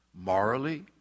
Morally